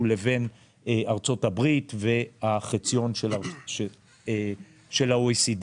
לבין ארצות-הברית והחציון של ה-OECD